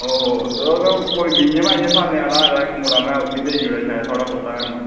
ओहो ओह् कोई बीहें बाइयें सालें दा आया दा इक्क मुड़ा में उसी शायद देई ओड़ेआ थुआढ़ा कुरता पाजामा